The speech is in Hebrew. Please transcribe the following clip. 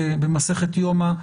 במסכת יומא,